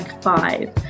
five